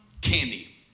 Candy